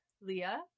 Leah